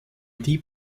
die